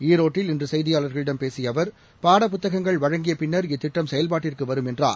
ஈரோட்டில் இன்றுசெய்தியாளர்களிடம் பேசியஅவர் பாடப் புத்தகங்கள் வழங்கியபின்னர் இத்திட்டம் செயல்பாட்டுக்குவரும் என்றார்